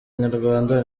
nyarwanda